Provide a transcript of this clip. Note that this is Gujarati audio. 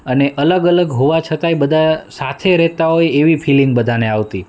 અને અલગ અલગ હોવા છતાંય બધા સાથે રહેતાં હોય એવી ફિલિંગ બધાને આવતી